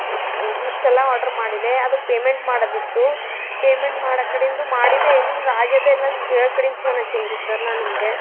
E ಇಷ್ಟೆಲ್ಲ order ಮಾಡಿದ್ದೆ ಅದು ಪೇಮೆಂಟ್ ಮಾಡೋದಿತ್ತು ಪೇಮೆಂಟ್ ಮಾಡೋ ಕಡಿಂದು ಮಾಡಿದೆ ನಿಮ್ಗೆ ಆಗ್ಯದ ಇಲ್ಲ ಅಂತ ಕೇಳೋ ಕಡಿಂದ ಫೋನ್ ಹಚ್ಚಿದ್ದೆ ಸರ್ ನಾನು ನಿಮಗೆ